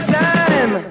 time